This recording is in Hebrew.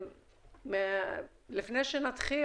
לפני שנתחיל,